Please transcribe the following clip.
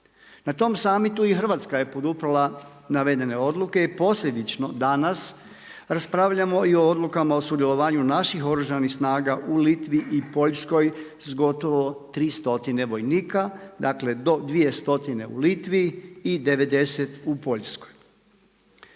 Na tom summitu i Hrvatska je poduprijela navedene odluke i posljedično danas, raspravljamo i o odlukama o sudjelovanju naših Oružanih snaga u Litvi i Poljskoj s gotovo 300 vojnika, dakle do 200 u Litvi i 90 u Poljskoj.